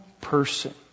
person